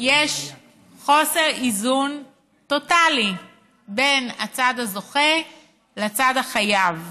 יש חוסר איזון טוטלי בין הצד הזוכה לצד החייב.